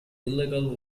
illegal